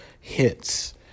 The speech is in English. hits